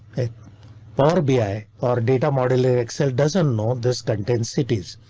barbie i or data modeler excel doesn't know this content cities.